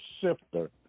sifter